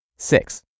Six